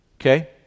okay